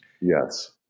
Yes